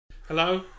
hello